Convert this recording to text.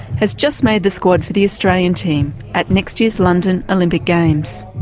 has just made the squad for the australian team at next year's london olympic games.